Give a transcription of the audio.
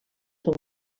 són